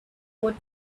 woot